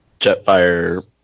Jetfire